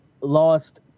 lost